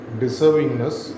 deservingness